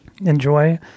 Enjoy